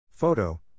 photo